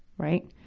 right,